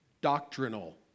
doctrinal